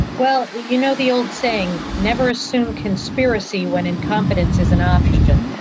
well, you know, the old saying, never assume a conspiracy when incompetence is an option.